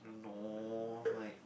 no like